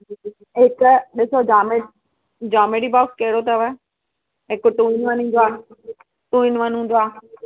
हिक ॾिसो geometry geometry box कहिड़ो अथव हिकु टु इन वन ईंदो आहे टु इन वन हूंदो आहे